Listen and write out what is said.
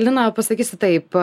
lina pasakysiu taip